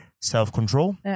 self-control